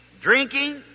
drinking